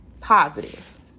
Positive